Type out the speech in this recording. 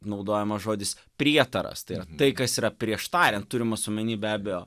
naudojamas žodis prietaras tai yra tai kas yra prieš tariant turimas omeny be abejo